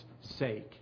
sake